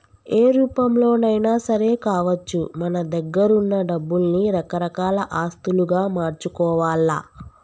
ఏ రూపంలోనైనా సరే కావచ్చు మన దగ్గరున్న డబ్బుల్ని రకరకాల ఆస్తులుగా మార్చుకోవాల్ల